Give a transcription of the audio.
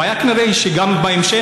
הבעיה כנראה היא גם בהמשך,